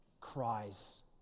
cries